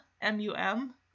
M-U-M